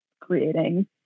creating